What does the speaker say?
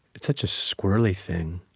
it's such a squirrely thing.